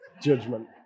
judgment